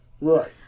Right